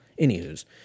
Anywho's